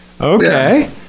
Okay